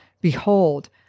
Behold